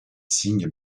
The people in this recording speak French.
signe